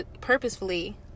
purposefully